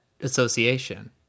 Association